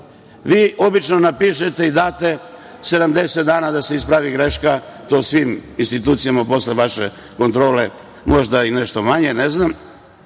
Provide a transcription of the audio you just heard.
Vi obično napišete i date 70 dana da se ispravi greška svim institucija posle vaše kontrole. Možda i nešto manje, ne znam,